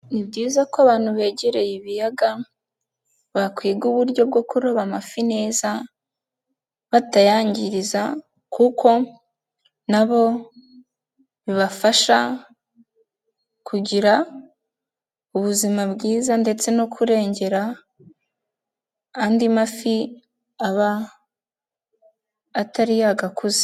Ni byiza ko abantu begereye ibiyaga bakwiga uburyo bwo kuroba amafi neza batayangiriza kuko na bo bibafasha kugira ubuzima bwiza ndetse no kurengera andi mafi aba atari yagakuze.